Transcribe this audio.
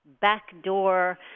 backdoor